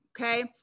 Okay